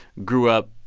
grew up,